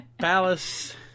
Palace